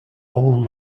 all